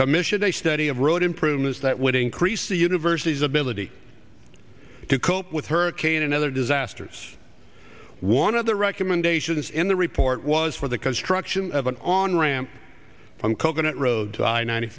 commissioned a study of road improvements that would increase the university's ability to cope with hurricane and other disasters one of the recommendations in the report was for the construction of an on ramp from coconut road to i ninety